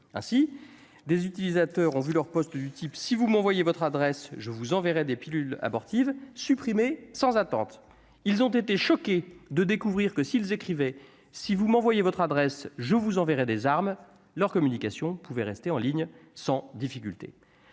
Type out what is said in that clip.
ainsi des utilisateurs ont vu leur poste du type si vous m'envoyez votre adresse je vous enverrai des pilules abortives supprimer sans attente, ils ont été choqués de découvrir que s'ils écrivaient si vous m'envoyez votre adresse je vous enverrai des armes leur communication pouvait rester en ligne sans difficulté